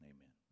Amen